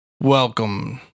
Welcome